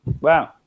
Wow